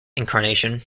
incarnation